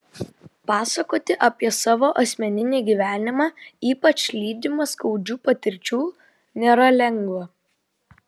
pasakoti apie savo asmeninį gyvenimą ypač lydimą skaudžių patirčių nėra lengva